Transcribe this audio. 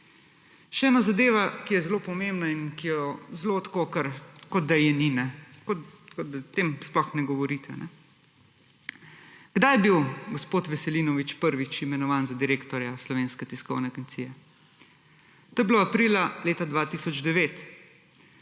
Še ena zadeva, ki je zelo pomembna in ki jo zelo tako, kar kot da je ni, o tem sploh ne govorite. Kdaj je bil gospod Veselinovič prvič imenovan za direktorja Slovenske tiskovne agencije? To je bilo aprila leta 2009.